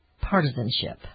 partisanship